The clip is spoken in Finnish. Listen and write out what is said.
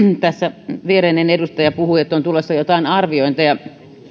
tässä viereinen edustaja puhui että on tulossa joitain arviointeja